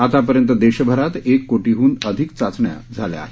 आतापर्यंत देशभरात एक कोटीहून अधिक चाचण्या झाल्या आहेत